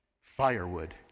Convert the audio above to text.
firewood